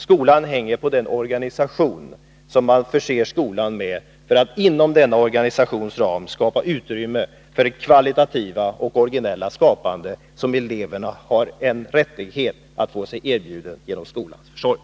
Skolan hänger på den organisation som man förser skolan med för att inom denna organisations ram skapa utrymme för det kvalitativa och orginella skapande som eleverna har rättighet att få sig erbjudet genom skolans försorg.